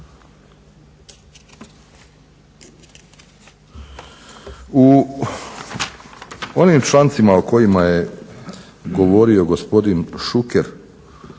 U onim člancima o kojima je govorio gospodin Šuker,